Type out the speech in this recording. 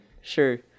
sure